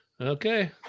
Okay